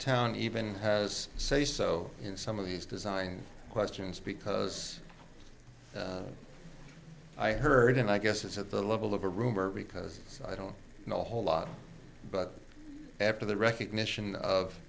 town even has say so in some of these design questions because i heard and i guess it's at the level of a rumor ricos i don't know a whole lot but after the recognition of